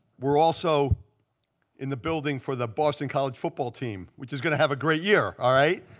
we're also in the building for the boston college football team, which is going to have a great year, all right?